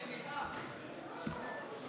חישוב דמי מחלה בעת היעדרות לסירוגין של העובד